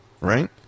right